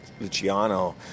Luciano